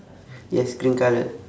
yes green colour